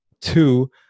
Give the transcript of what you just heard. two